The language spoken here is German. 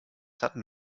hatten